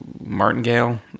Martingale